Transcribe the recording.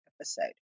episode